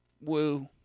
woo